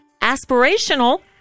Aspirational